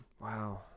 Wow